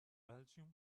belgium